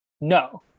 No